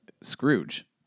Scrooge